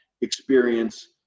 experience